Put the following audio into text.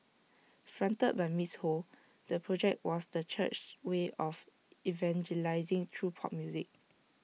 fronted by miss ho the project was the church's way of evangelising through pop music